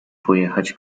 pojechać